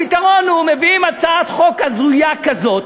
הפתרון הוא שמביאים הצעת חוק הזויה כזאת,